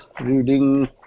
reading